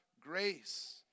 grace